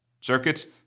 Circuits